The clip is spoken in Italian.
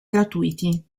gratuiti